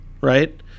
Right